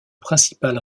principal